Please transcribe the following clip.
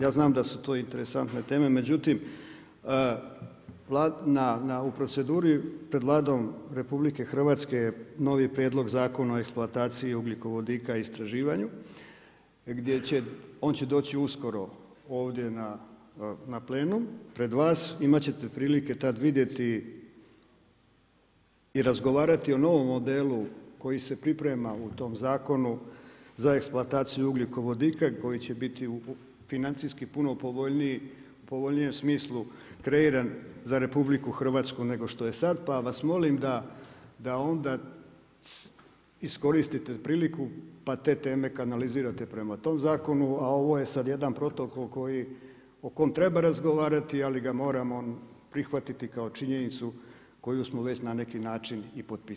Ja znam da su to interesantne teme, međutim u proceduri pred Vladom RH je novi Prijedlog Zakona o eksploataciji ugljikovodika i istraživanju, on će doći uskoro ovdje na plenum pred vas, imat ćete prilike tad vidjeti i razgovarati o novom modelu koji se priprema u tom zakonu za eksploataciju ugljikovodika koji će biti u financijski puno povoljnijem smislu kreiran za RH nego što je sad, pa vas molim da onda iskoristite priliku pa te teme kanalizirate prema tom zakonu, a ovo je sad jedan protokol o kom treba razgovarati ali ga moramo prihvatiti kao činjenicu koju smo već na neki način i potpisali.